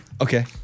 Okay